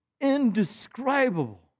indescribable